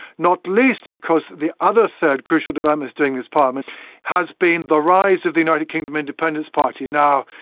not least because the other third crucial development during this parliament has been the rise of the united kingdom independence party. now,